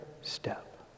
step